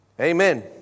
Amen